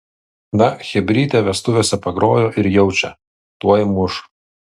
na chebrytė vestuvėse pagrojo ir jaučia tuoj muš